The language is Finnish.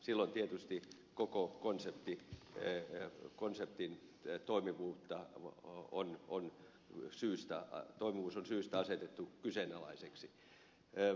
silloin tietysti koko konsertti tee ja konserttiin ja konseptin toimivuus on syystä asetettu kyseenalaiseksi